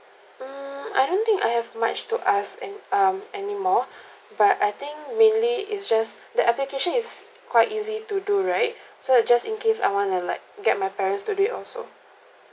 mm I don't think I have much to ask an~ um anymore but I think mainly is just the application is quite easy to do right so like just in case I want to like get my parents' today also